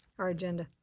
our agenda.